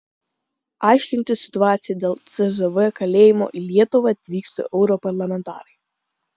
aiškintis situaciją dėl cžv kalėjimo į lietuvą atvyksta europarlamentarai